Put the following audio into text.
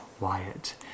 Wyatt